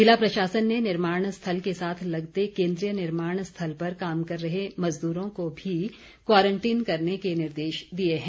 ज़िला प्रशासन ने निर्माण स्थल के साथ लगते केन्द्रीय निर्माण स्थल पर काम कर रहे मजदूरों को भी क्वारंटीन करने के निर्देश दिए हैं